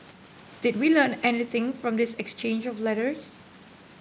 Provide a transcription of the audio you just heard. did we learn anything from this exchange of letters